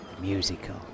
musical